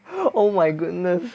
oh my goodness